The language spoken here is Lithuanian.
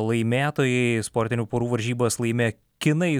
laimėtojai sportinių porų varžybas laimėjo kinai